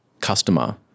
customer